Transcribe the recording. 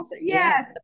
Yes